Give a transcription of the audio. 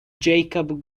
jakob